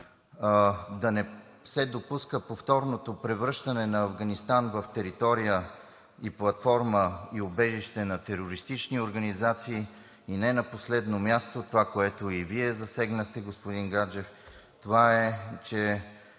да не се допуска повторното превръщане на Афганистан в територия, платформа и убежище на терористични организации. Не на последно място, това, което и Вие засегнахте, господин Гаджев, това е, че